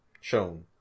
shown